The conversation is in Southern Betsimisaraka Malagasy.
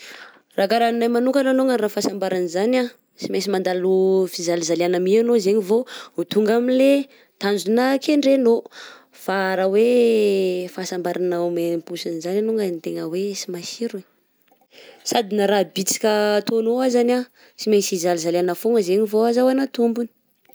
Ra karaha gn'anay manokana longany zany fahasambarana zany a, sy mainsy mandalo fizalizaliana my anao zegny vô tonga amin'le tanjona kendrenao, fa ra oe fahasambarana ome-posiny zany alongany, de tegna hoe sy masiro e, sady na raha bisika ataonao azany a, sy mainsy hizalizaliagna fôna zeny vô azahoanao tômbony.